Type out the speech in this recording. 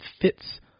fits